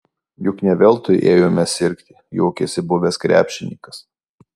juk ne veltui ėjome sirgti juokėsi buvęs krepšininkas